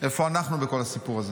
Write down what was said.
איפה אנחנו בכל הסיפור הזה?